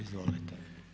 Izvolite.